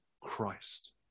Christ